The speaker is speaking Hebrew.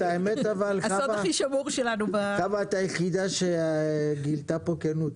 את היחידה שגילתה כאן כנות.